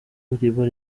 iriba